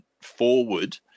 forward